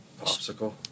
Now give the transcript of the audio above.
Popsicle